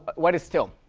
what is till?